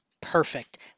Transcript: Perfect